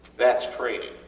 thats training,